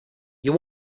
you